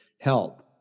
help